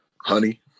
honey